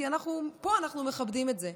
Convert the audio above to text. כי פה אנחנו מכבדים את זה.